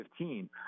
2015